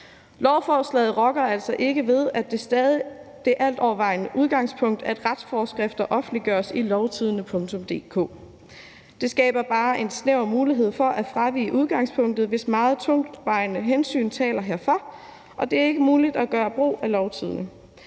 Lovforslaget rokker altså ikke ved, at det stadig er det altovervejende udgangspunkt, at retsforskrifter offentliggøres på www.lovtidende.dk. Det skaber bare en snæver mulighed for at fravige udgangspunktet, hvis meget tungtvejende hensyn taler herfor og det ikke er muligt at gøre brug af Lovtidende.